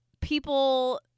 people